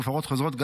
ובהפרות חוזרות,